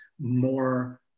more